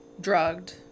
drugged